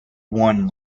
one